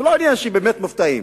זה לא עניין שבאמת מופתעים.